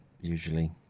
usually